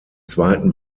zweiten